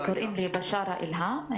קוראים לי בשארה אילהאם,